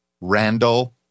Randall